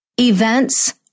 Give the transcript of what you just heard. Events